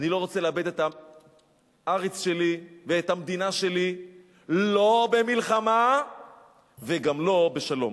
אני לא רוצה לאבד את הארץ שלי ואת המדינה שלי לא במלחמה וגם לא בשלום.